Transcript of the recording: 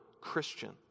Christian